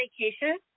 vacation